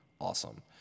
awesome